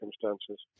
circumstances